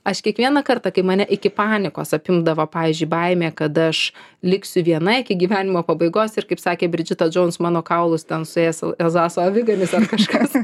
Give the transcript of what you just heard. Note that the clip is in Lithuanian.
aš kiekvieną kartą kai mane iki panikos apimdavo pavyzdžiui baimė kad aš liksiu viena iki gyvenimo pabaigos ir kaip sakė bridžita džouns mano kaulus ten suės ezaso aviganis kažkas